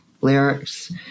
lyrics